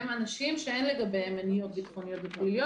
הם אנשים שאין לגביהם מניעות ביטחוניות ופליליות